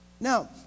Now